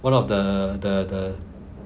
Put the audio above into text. one of the the the